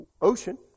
ocean